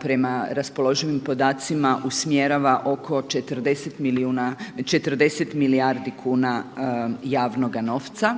prema raspoloživim podacima usmjerava oko 40 milijardi kuna javnoga novca.